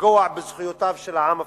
לפגוע בזכויותיו של העם הפלסטיני,